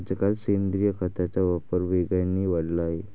आजकाल सेंद्रिय खताचा वापर वेगाने वाढला आहे